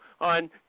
on